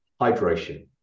hydration